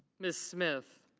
ms. smith.